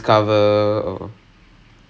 most I_Cs வந்து:vanthu they are